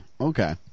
Okay